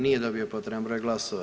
Nije dobio potreban broj glasova.